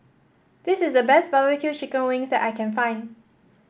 this is the best barbecue Chicken Wings that I can find